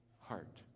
heart